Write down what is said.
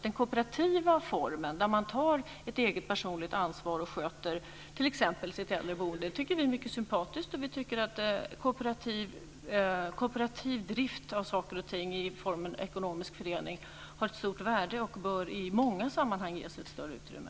Den kooperativa formen, där man tar ett eget personligt ansvar och sköter t.ex. sitt äldreboende, tycker vi är sympatisk. Vi tycker att kooperativ drift av saker och ting i formen ekonomisk förening har ett stort värde och bör i många sammanhang ges ett större utrymme.